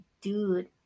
dude